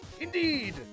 Indeed